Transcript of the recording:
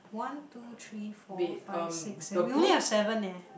one two three four five six seven we only have seven eh